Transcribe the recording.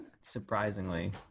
surprisingly